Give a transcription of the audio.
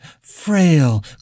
frail